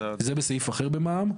זה בסעיף אחר במע"מ,